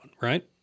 right